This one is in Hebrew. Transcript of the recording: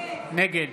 נגד